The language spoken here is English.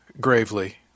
gravely